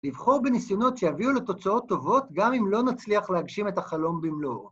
לבחור בניסיונות שיביאו לתוצאות טובות גם אם לא נצליח להגשים את החלום במלואו.